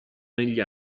negli